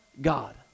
God